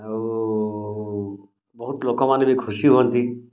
ଆଉ ବହୁତ ଲୋକମାନେ ବି ଖୁସି ହୁଅନ୍ତି